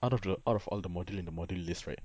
out of the out of all the modules in the module list right